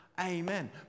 Amen